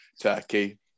turkey